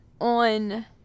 on